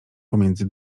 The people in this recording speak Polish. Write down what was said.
pomiędzy